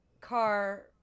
car